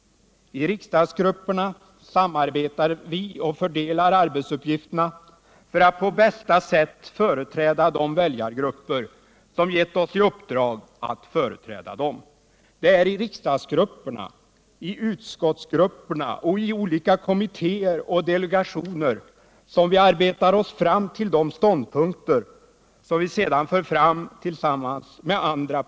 I riksdagsgrupperna samarbetar vi och fördelar arbetsuppgifterna för att på bästa sätt företräda de väljargrupper som gett oss i uppdrag att företräda dem. Det är i riksdagsgrupperna, i utskottsgrupperna, i olika kommittéer och delegationer som vi arbetar oss fram till de ståndpunkter som vi sedan för fram.